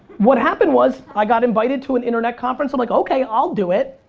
what happened was, i got invited to an internet conference, i'm like, okay, i'll do it,